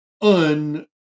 un